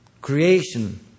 creation